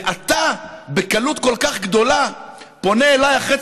ואתה בקלות כל כך גדולה פונה אליי אחרי